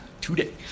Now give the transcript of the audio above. today